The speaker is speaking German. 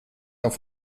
auf